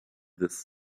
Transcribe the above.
this